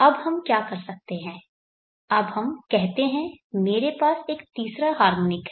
अब हम क्या कर सकते हैं अब हम कहते हैं मेरे पास यह तीसरा हार्मोनिक है